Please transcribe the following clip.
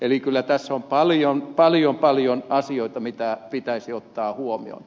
eli kyllä tässä on paljon paljon asioita mitä pitäisi ottaa huomioon